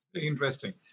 Interesting